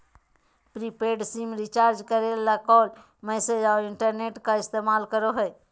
prepaid SIM recharge करे के लिए कॉल, मैसेज औरो इंटरनेट का इस्तेमाल करो हइ